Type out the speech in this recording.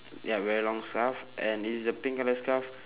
ya wearing long scarf and is the pink colour scarf